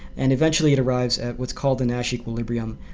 and eventually it arrives at what's called the nash equilibrium.